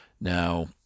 Now